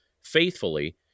faithfully